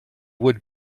would